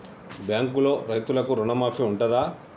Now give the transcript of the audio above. బ్యాంకులో రైతులకు రుణమాఫీ ఉంటదా?